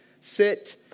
sit